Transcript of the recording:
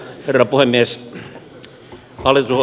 arvoisa herra puhemies